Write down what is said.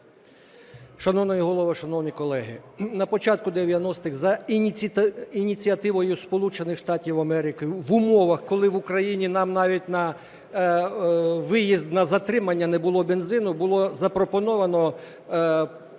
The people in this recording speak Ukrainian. Шановний Голово, шановні колеги, на початку 90-х за ініціативою Сполучених Штатів Америки, в умовах, коли в Україні нам навіть на виїзд на затримання не було бензину, було запропоновано